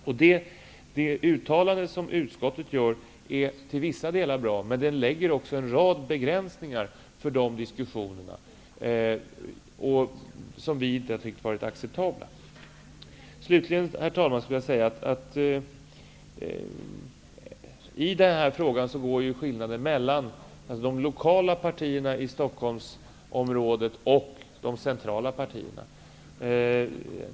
Utskottets uttalande är till vissa delar bra, men det innebär också en rad begränsningar för diskussionerna, begränsningar som vi inte har ansett vara acceptabla. Herr talman! Slutligen går det ju skillnader mellan de lokala partierna i Stockholmsområdet och de centrala partierna.